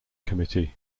committee